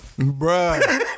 Bruh